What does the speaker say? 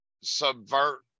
subvert